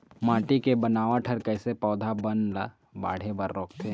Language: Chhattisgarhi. माटी के बनावट हर कइसे पौधा बन ला बाढ़े बर रोकथे?